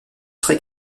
très